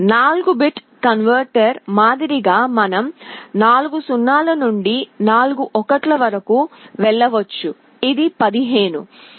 4 bit converter మాదిరిగా మనం 0 0 0 0 నుండి 1 1 1 1 వరకు వెళ్ళవచ్చు ఇది 15